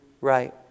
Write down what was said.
right